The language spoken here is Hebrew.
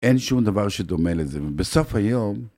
אין שום דבר שדומה לזה, ובסוף היום...